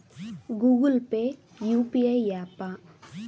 Google pay UPI య్యాపా?